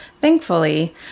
thankfully